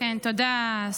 תודה.